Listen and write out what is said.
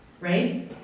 right